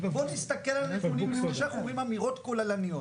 בואו נסתכל על הנתונים לפני שאנחנו אומרים אמירות כוללניות.